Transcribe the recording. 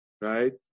right